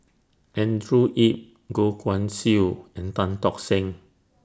Andrew Yip Goh Guan Siew and Tan Tock Seng